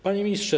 Panie Ministrze!